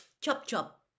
Chop-chop